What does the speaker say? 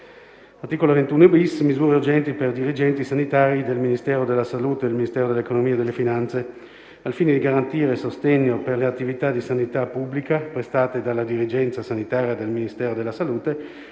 «Art. 21-*bis*. *(Misure urgenti per i dirigenti sanitari del Ministero della salute e del Ministero dell'economia e delle finanze)* 1. Al fine di garantire sostegno per le attività di sanità pubblica prestate dalla dirigenza sanitaria del Ministero della salute,